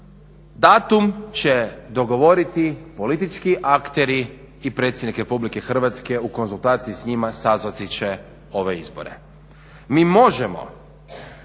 Datum će dogovoriti politički akteri i predsjednik RH u konzultaciji s njima sazvati će ove izbore. Mi možemo